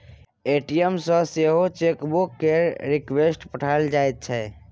ATM सँ सेहो chequebook केर रिक्वेस्ट पठाएल जाइ छै